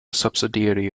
subsidiary